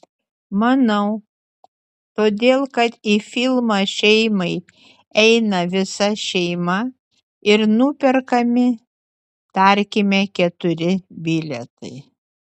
manau todėl kad į filmą šeimai eina visa šeima ir nuperkami tarkime keturi bilietai